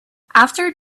after